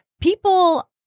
People